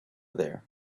there